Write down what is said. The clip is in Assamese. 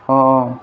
অঁ